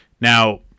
Now